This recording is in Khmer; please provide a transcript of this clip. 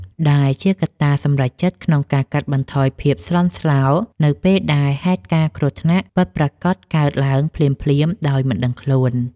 ដែលជាកត្តាសម្រេចចិត្តក្នុងការកាត់បន្ថយភាពស្លន់ស្លោនៅពេលដែលហេតុការណ៍គ្រោះថ្នាក់ពិតប្រាកដកើតឡើងភ្លាមៗដោយមិនដឹងខ្លួន។